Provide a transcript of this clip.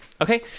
Okay